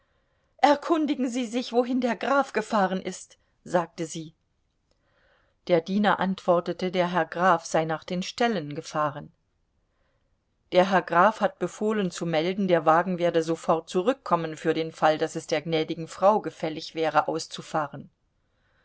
erkundigen sie sich wohin der graf gefahren ist sagte sie der diener antwortete der herr graf sei nach den ställen gefahren der herr graf hat befohlen zu melden der wagen werde sofort zurückkommen für den fall daß es der gnädigen frau gefällig wäre auszufahren